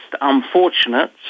unfortunate